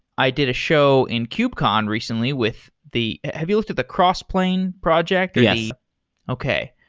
i did a show in kubecon recently with the have you looked at the crossplane project? yes okay.